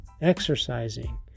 Exercising